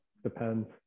depends